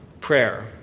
prayer